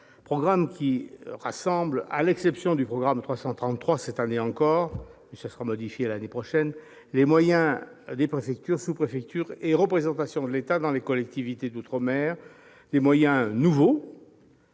programme qui rassemble, à l'exception du programme 333, cette année encore- ce sera modifié l'année prochaine -, les moyens des préfectures, sous-préfectures et représentations de l'État dans les collectivités d'outre-mer, des moyens de nouveau